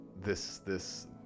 this—this